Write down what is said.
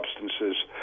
substances